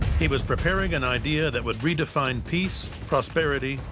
he was preparing an idea that would redefine peace, prosperity,